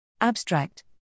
Abstract